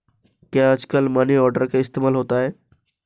क्या आजकल money order का इस्तेमाल होता है?